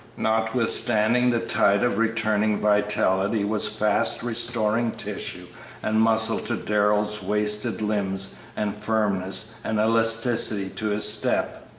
notwithstanding the tide of returning vitality was fast restoring tissue and muscle to darrell's wasted limbs and firmness and elasticity to his step,